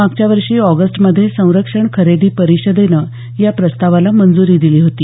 मागच्या वर्षी ऑगस्टमध्ये संरक्षण खरेदी परिषदेनं या प्रस्तावाला मंजूरी दिली होती